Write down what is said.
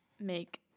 make